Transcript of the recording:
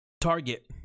Target